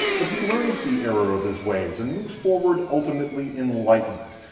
but he learns the error of his ways and moves forward ultimately enlightened.